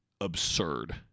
absurd